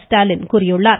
ஸ்டாலின் கூறியுள்ளார்